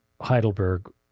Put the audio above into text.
Heidelberg